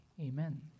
Amen